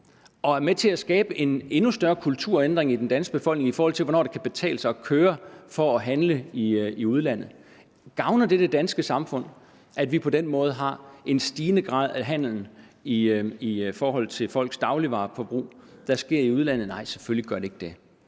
som er med til at skabe en endnu større kulturændring i den danske befolkning i forhold til, hvornår det kan betale sig at køre for at handle i udlandet. Gavner det det danske samfund, at der på den måde er en stigende grad af handel i forhold til vores dagligvareforbrug, der foregår i udlandet? Nej, selvfølgelig gør det ikke det.